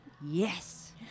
Yes